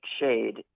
shade